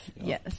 Yes